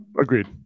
Agreed